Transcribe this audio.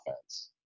offense